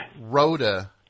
Rhoda